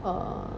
err